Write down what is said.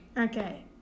Okay